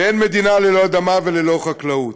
ואין מדינה ללא אדמה וללא חקלאות.